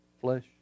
Flesh